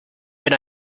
wenn